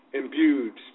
imbued